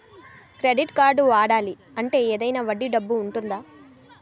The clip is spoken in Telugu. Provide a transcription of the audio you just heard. క్రెడిట్ కార్డ్ని వాడాలి అంటే ఏదైనా వడ్డీ డబ్బు ఉంటుందా?